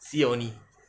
see only